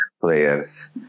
players